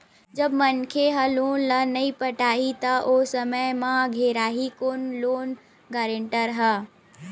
जब मनखे ह लोन ल नइ पटाही त ओ समे म घेराही कोन लोन गारेंटर ह